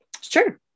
Sure